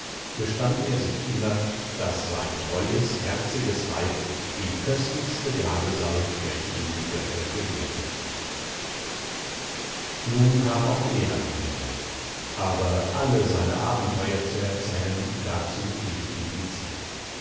gestand er sich immer daß sein treues herziges weib die köstlichste gabe sei welche ihm die götter gewährt hätten nun kam auch er an die reihe aber alle seine abenteuer zu erzählen dazu fehlte ihm die zeit